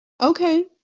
Okay